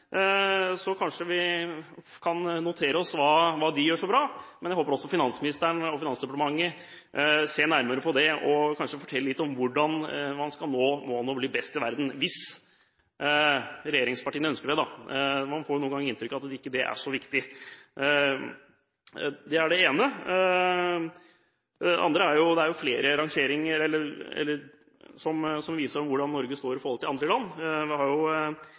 bra. Men jeg håper at finansministeren og Finansdepartementet ser nærmere på dette og kanskje forteller litt om hvordan man skal nå målet om å bli best i verden – hvis regjeringspartiene ønsker det, da. Man får noen ganger inntrykk av at det ikke er så viktig. Det er det ene. Det andre er at det er flere rangeringer som viser hvor Norge står i forhold til andre land. Vi har jo